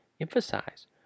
emphasize